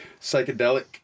psychedelic